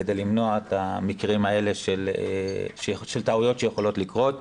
כדי למנוע את המקרים האלה של טעויות שיכולות לקרות.